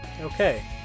Okay